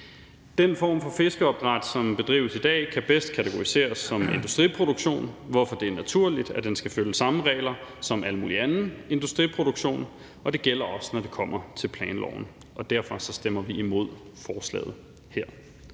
Den form for fiskeopdræt, som bedrives i dag, kan bedst kategoriseres industriproduktion, hvorfor det er naturligt, at den skal følge samme regler som al mulig anden industriproduktion, og det gælder også, når det kommer til planloven, og derfor stemmer vi imod forslaget her.